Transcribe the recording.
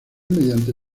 mediante